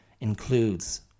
includes